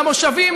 למושבים,